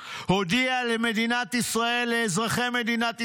הודיעה למדינת ישראל, לאזרחי מדינת ישראל,